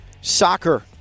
soccer